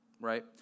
right